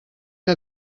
que